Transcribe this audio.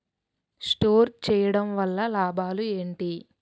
Store చేయడం వల్ల లాభాలు ఏంటి?